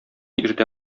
иртә